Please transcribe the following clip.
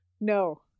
No